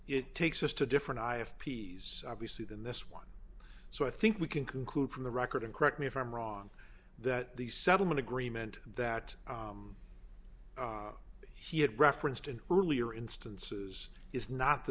it takes us to different i have ps obviously than this one so i think we can conclude from the record and correct me if i'm wrong that the settlement agreement that he had referenced an earlier instances is not the